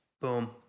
Boom